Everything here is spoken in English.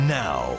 now